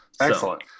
Excellent